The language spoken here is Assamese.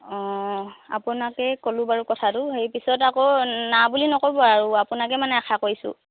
অ আপোনাকে ক'লোঁ বাৰু কথাটো হেৰি পিছত আকৌ না বুলি নক'ব আৰু আপোনাকে মানে আশা কৰিছোঁ